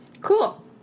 Cool